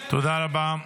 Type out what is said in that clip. תודה רבה.